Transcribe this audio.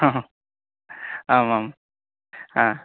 हह आमाम् आ